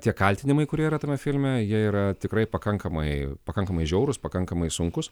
tie kaltinimai kurie yra tame filme jie yra tikrai pakankamai pakankamai žiaurūs pakankamai sunkūs